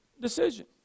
decision